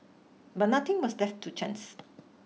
but nothing was left to chance